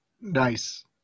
Nice